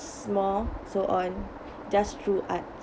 small so on just through art